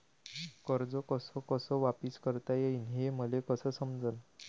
कर्ज कस कस वापिस करता येईन, हे मले कस समजनं?